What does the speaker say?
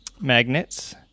magnets